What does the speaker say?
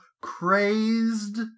crazed